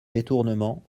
détournement